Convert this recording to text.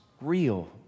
real